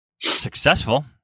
successful